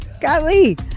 Golly